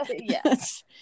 Yes